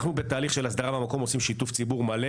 אנחנו בתהליך של הסדרה במקום עושים שיתוף ציבור מלא.